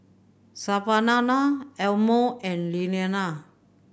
Savannah Elmo and Iliana